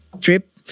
trip